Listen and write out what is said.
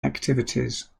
activities